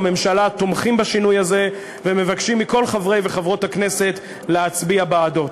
הממשלה תומכים בשינוי הזה ומבקשים מכל חברי וחברות הכנסת להצביע בעדו.